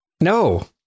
No